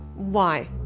why?